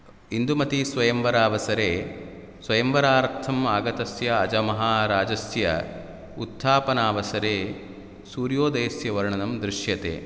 इन्दुमतीस्वयंवरावसरे स्वयंवरार्थम् आगतस्य अजमहाराजस्य उत्थापनावसरे सूर्योदयस्य वर्णनं दृश्यते